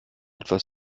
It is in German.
etwas